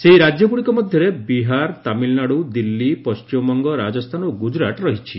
ସେହି ରାଜ୍ୟଗୁଡ଼ିକ ମଧ୍ୟରେ ବିହାର ତାମିଲନାଡୁ ଦିଲ୍ଲୀ ପଶ୍ଚିମବଙ୍ଗ ରାଜସ୍ଥାନ ଓ ଗୁଜରାତ ରହିଛି